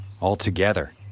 Altogether